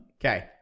Okay